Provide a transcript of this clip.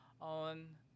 on